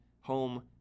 home